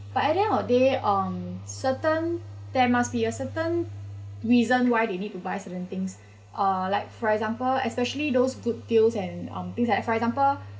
but at the end of the day um certain there must be a certain reason why they need to buy certain things uh like for example especially those good deals and um things like for example